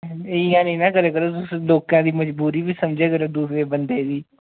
इ'यां नेईं ना करे करो तुस लोकै दी मजबूरी बी समझा करो दुए बंदे दी